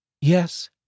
Yes